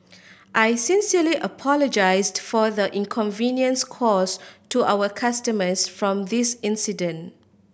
I sincerely apologise for the inconvenience caused to our customers from this incident